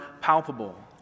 palpable